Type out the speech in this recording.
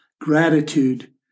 gratitude